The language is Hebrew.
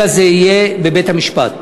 אלא זה יהיה בבית-המשפט.